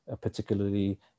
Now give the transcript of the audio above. particularly